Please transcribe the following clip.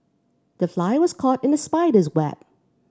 the fly was caught in the spider's web